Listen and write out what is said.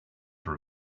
for